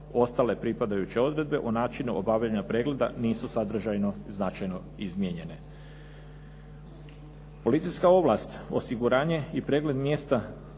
Ostale pripadajuće odredbe u načinu obavljanja pregleda nisu sadržajno i značajno izmijenjene. Policijska ovlast, osiguranje i pregled mjesta